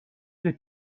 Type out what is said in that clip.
the